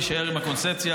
ונישאר עם הקונספציה.